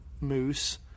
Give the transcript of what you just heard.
Moose